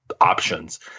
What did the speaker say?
options